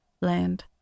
land